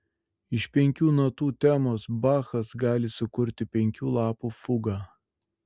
iš penkių natų temos bachas gali sukurti penkių lapų fugą